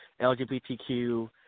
LGBTQ